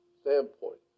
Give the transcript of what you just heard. standpoint